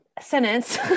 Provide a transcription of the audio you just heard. sentence